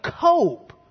cope